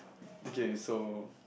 okay so